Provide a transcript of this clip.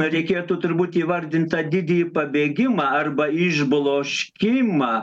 reikėtų turbūt įvardint tą didįjį pabėgimą arba išbloškimą